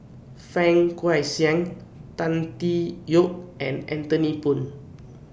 Fang Guixiang Tan Tee Yoke and Anthony Poon